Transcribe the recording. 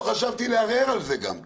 ולא חשבתי לערער על זה גם כן,